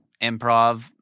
improv